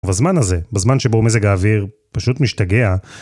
אבל בזמן הזה, בזמן שבו מזג האוויר פשוט משתגע...